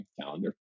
calendar